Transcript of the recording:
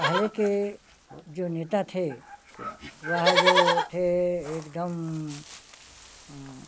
पहले के जो नेता थे वह जो थे एकदम